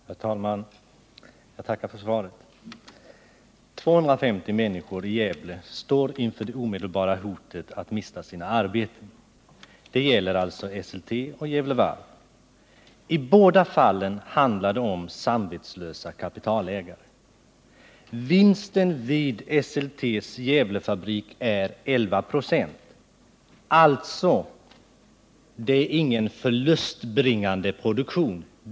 Herr talman! Jag tackar för svaret. 250 människor i Gävle står inför det omedelbara hotet att mista sina arbeten. Det gäller alltså Esselte och Gävle Varv. I båda fallen handlar det om samvetslösa kapitalägare. Vinsten vid Esseltes Gävlefabrik är 11 96. Det är alltså ingen förlustbringande produktion.